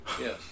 Yes